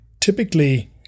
Typically